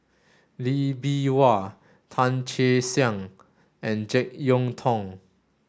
Lee Bee Wah Tan Che Sang and Jek Yeun Thong